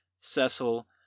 Cecil